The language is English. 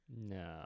No